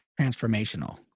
transformational